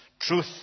truth